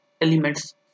elements